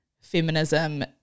feminism